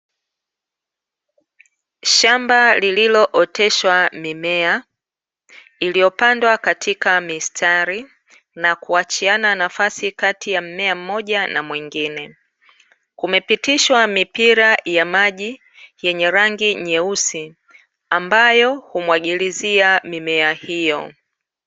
Shamba lililooteshwa mimea, iliyopandwa katika mistari na kuachiana nafasi kati ya mmea mmoja na mwingine, kumepitishwa mipira ya maji yenye rangi nyeusi ambayo humwagilizia mimea hiyo.